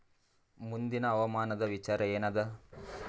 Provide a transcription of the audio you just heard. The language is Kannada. ಮುಂದಿನ ಹವಾಮಾನದ ವಿಚಾರ ಏನದ?